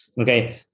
Okay